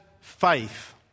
faith